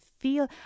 feel